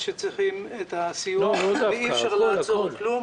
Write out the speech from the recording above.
שצריכים את הסיוע ואי אפשר לעצור כלום